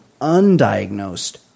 undiagnosed